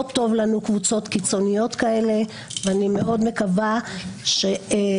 לא טוב לנו קבוצות קיצוניות כאלה ואני מאוד מקווה שיגנו